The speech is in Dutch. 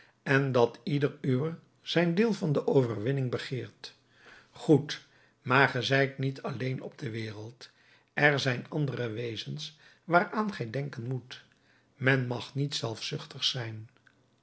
en dat ieder uwer zijn deel van de overwinning begeert goed maar ge zijt niet alleen op de wereld er zijn andere wezens waaraan gij denken moet men mag niet zelfzuchtig zijn